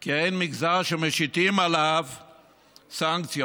כי אין מגזר שמשיתים עליו סנקציות.